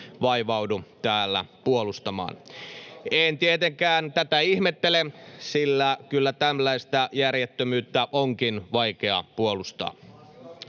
vaivaudu täällä puolustamaan. En tietenkään tätä ihmettele, sillä kyllä tällaista järjettömyyttä onkin vaikea puolustaa.